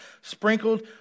sprinkled